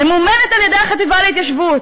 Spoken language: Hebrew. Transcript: ממומנת על-ידי החטיבה להתיישבות.